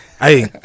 Hey